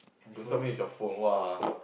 don't tell me it's your phone !wah!